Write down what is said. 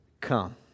come